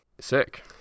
sick